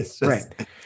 right